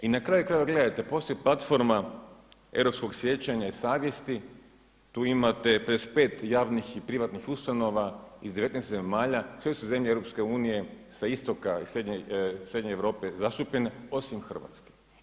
I na kraju krajeva gledajte, postoji platforma europskoj sjećanja i savjesti, tu imate 55 javnih i privatnih ustanova iz 19 zemalja, sve su zemlje Europske unije sa istoka i srednje Europe zastupljene osim Hrvatske.